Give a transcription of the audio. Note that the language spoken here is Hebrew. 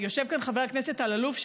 יושב כאן חבר הכנסת אלאלוף,